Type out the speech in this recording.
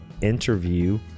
interview